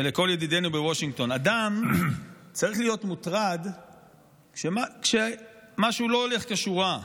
ולכל ידידינו בוושינגטון: אדם צריך להיות מוטרד כשמשהו לא הולך כשורה,